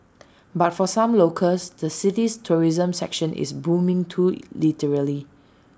but for some locals the city's tourism sector is booming too literally